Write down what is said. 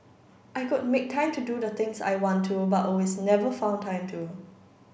I could make time to do the things I want to but always never found time to